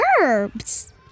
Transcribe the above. verbs